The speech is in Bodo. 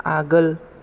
आगोल